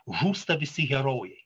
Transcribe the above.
žūsta visi herojai